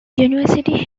university